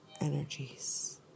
energies